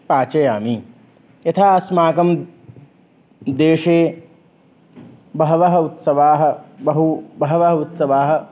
पाचयामि यथा अस्माकं देशे बहवः उत्सवाः बहु बहवः उत्सवाः